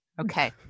Okay